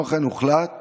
כמו כן, הוחלט